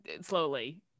slowly